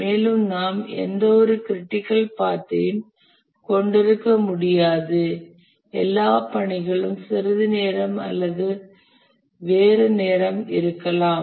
மேலும் நாம் எந்தவொரு க்ரிட்டிக்கல் பாத்யையும் கொண்டிருக்க முடியாது எல்லா பணிகளுக்கும் சிறிது நேரம் அல்லது வேறு நேரம் இருக்கலாம்